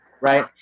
right